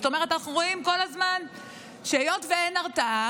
זאת אומרת, אנחנו רואים כל הזמן שהיות שאין הרתעה